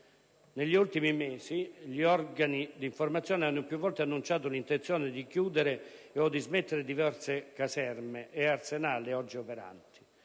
Negli ultimi mesi, gli organi d'informazione hanno più volte annunciato l'intenzione di chiudere e/o dismettere diverse caserme e arsenali oggi operanti,